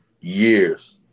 years